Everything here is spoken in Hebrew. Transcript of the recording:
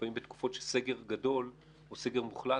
לפעמים בתקופות של סגר גדול או סגר מוחלט,